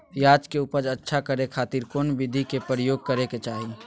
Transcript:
प्याज के उपज अच्छा करे खातिर कौन विधि के प्रयोग करे के चाही?